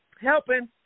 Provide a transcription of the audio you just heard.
Helping